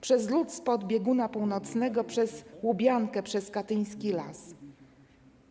Przez lód spod bieguna północnego, Przez łubiankę, przez Katyński Las!